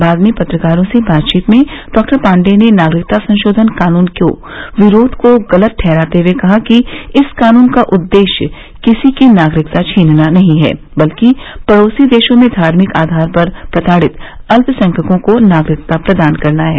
बाद में पत्रकारों से बातचीत में डॉक्टर पाण्डेय ने नागरिकता संशोधन कानून के विरोध को गलत ठहराते हुए कहा है कि इस कानून का उद्देश्य किसी की नागरिकता छीनना नहीं है बल्कि पड़ोसी देशों में धामिंक आयार पर प्रताड़ित अल्यसंख्यकों को नागरिकता प्रदान करना है